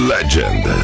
Legend